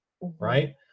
right